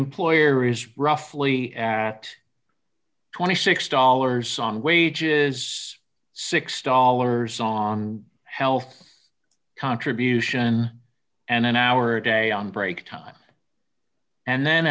employer is roughly twenty six dollars on wages six dollars on health contribution and an hour a day on break time and then